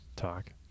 talk